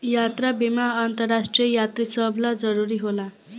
यात्रा बीमा अंतरराष्ट्रीय यात्री सभ ला जरुरी होला